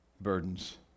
burdens